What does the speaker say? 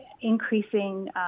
increasing